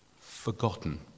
forgotten